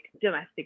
domestic